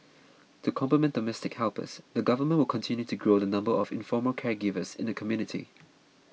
to complement domestic helpers the government will continue to grow the number of informal caregivers in the community